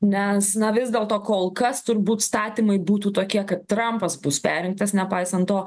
nes na vis dėlto kol kas turbūt statymai būtų tokie kad trampas bus perrinktas nepaisant to